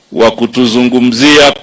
wakutuzungumzia